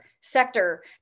sector